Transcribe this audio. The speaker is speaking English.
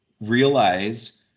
realize